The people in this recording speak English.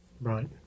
Right